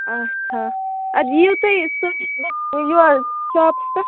اچھا اَدٕ ییُو تُہی سٲنِس یور شاپس پٮ۪ٹھ